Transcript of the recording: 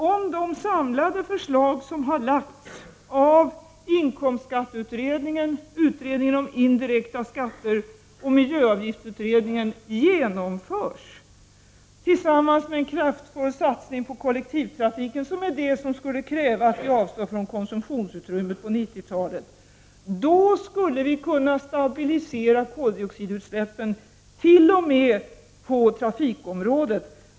Om de samlade förslag som har lagts av inkomstskatteutredningen, utredningen om indirekta skatter och miljöavgiftsutredningen genomförs, tillsammans med en kraftfull satsning på kollektivtrafiken, då skulle vi kunna stabilisera koldioxidutsläppen t.o.m. på trafikområdet.